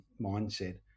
mindset